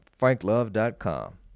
franklove.com